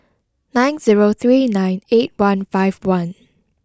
nine zero three nine eight one five one